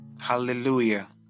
Hallelujah